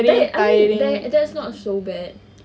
that I that's not so bad